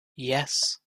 yes